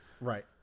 Right